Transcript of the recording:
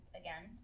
again